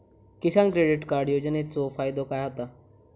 किसान credit card योजनेचो फायदो काय होता?